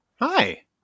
Hi